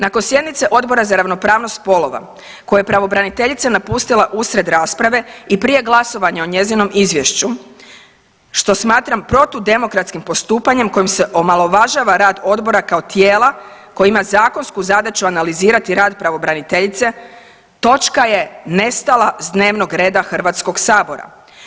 Nakon sjednice Odbora za ravnopravnost spolova koje je pravobraniteljica napustila usred rasprave i prije glasovanja o njezinom izvješću što smatram protudemokratskim postupanjem kojim se omalovažava rad Odbora kao tijela koje ima zakonsku zadaću analizirati rad pravobraniteljice točka je nestala s dnevnog reda HS-a.